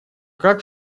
как